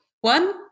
one